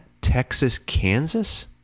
Texas-Kansas